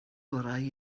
orau